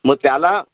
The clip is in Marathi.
मग त्याला